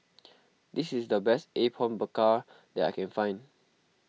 this is the best Apom Berkuah that I can find